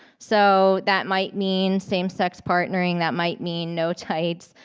so that might mean same-sex partnering, that might mean no tights.